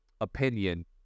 opinion